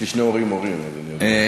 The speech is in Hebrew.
יש לי שני הורים מורים, אז אני יודע.